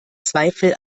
zweifel